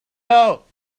out